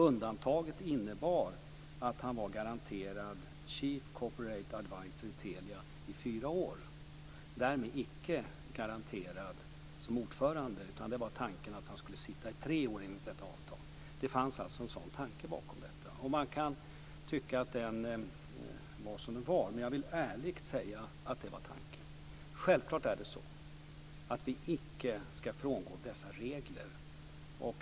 Undantaget innebar att han var garanterad positionen som chief corporate adviser i Telia i fyra år. Därmed var han icke garanterad i egenskap av ordförande. Tanken var att han skulle sitta i tre år. Det fanns en sådan tanke bakom detta. Man kan tycka att den tanken var som den var, men jag vill ärligt säga att det var tanken. Självklart ska vi icke frångå reglerna.